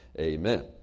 Amen